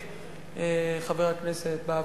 חבר הכנסת מאיר שטרית,